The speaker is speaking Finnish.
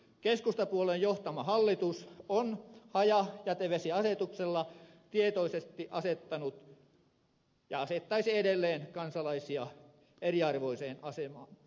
keskustapuolueen johtama hallitus on hajajätevesiasetuksella tietoisesti asettanut ja asettaisi edelleen kansalaisia eriarvoiseen asemaan